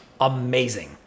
amazing